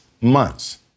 months